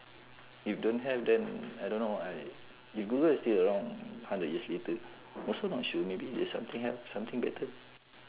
if don't have then I don't know how I if google is still around hundred years later also not sure maybe there's something else something better